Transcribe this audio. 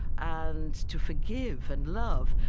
and to forgive and love.